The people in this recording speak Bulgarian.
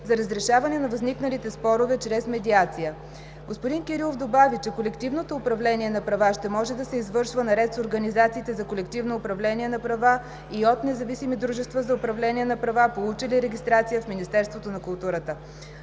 за разрешаване на възникналите спорове чрез медиация. Господин Кирилов добави, че колективното управление на права ще може да се извършва наред с организациите за колективно управление на права и от независими дружества за управление на права, получили регистрация в Министерството на културата.